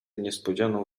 niespodzianą